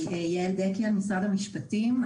יעל דקל, משרד המשפטים.